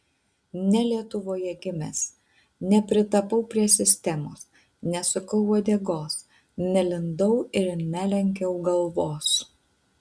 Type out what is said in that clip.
ne lietuvoje gimęs nepritapau prie sistemos nesukau uodegos nelindau ir nelenkiau galvos